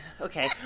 Okay